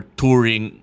touring